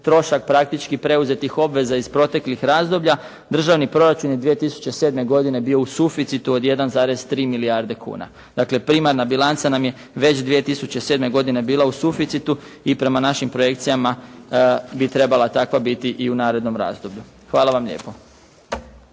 trošak praktički preuzetih obveza iz proteklih razdoblja državni proračun je 2007. godine bio u suficitu od 1,3 milijarde kuna. Dakle primarna bilanca nam je već 2007. godine bila u suficitu i prema našim projekcijama bi trebala takva biti i u narednom razdoblju. Hvala vam lijepo.